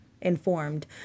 informed